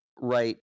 right